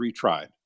retried